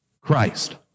Christ